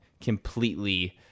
completely